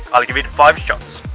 i'll give it five shots.